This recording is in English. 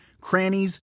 crannies